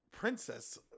Princess